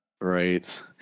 right